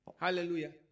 Hallelujah